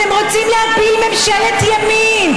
אתם רוצים להפיל ממשלת ימין,